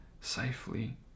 safely